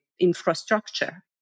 infrastructure